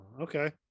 okay